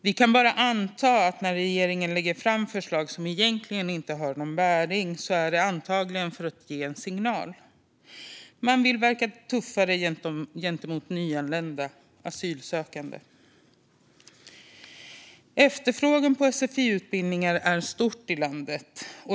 Vi kan bara anta att när regeringen lägger fram förslag som egentligen inte har någon bäring görs det för att ge en signal. Man vill verka tuffare gentemot nyanlända och asylsökande. Efterfrågan på sfi-utbildningar är stor i landet.